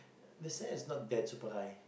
the standard is not that super high